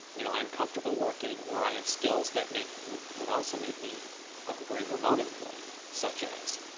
you know i'm comfortable working or i have skills that make would would also make me a great remote employee such as